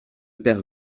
père